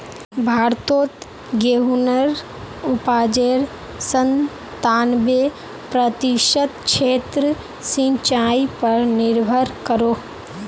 भारतोत गेहुंर उपाजेर संतानबे प्रतिशत क्षेत्र सिंचाई पर निर्भर करोह